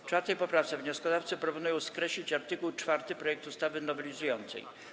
W 4. poprawce wnioskodawcy proponują skreślić art. 4 projektu ustawy nowelizującej.